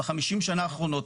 ב-50 שנה האחרונות,